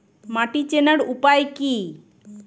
মাটি চেনার উপায় কি?